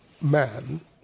man